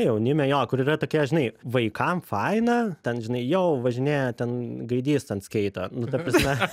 jaunime jo kur yra tokia žinai vaikam faina ten žinai jau važinėja ten gaidys ant skeito nu ta prasme